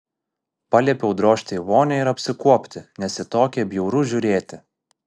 paliepiau drožti į vonią ir apsikuopti nes į tokią bjauru žiūrėti